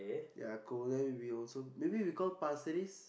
ya cool then we also maybe we call pasir-ris